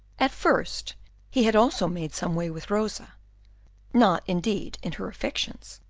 at first he had also made some way with rosa not, indeed, in her affections,